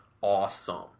awesome